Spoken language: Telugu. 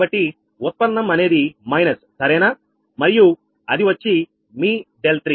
కాబట్టి ఉత్పన్నం అనేది మైనస్ సరేనా మరియు అది వచ్చి మీ δ3